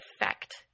effect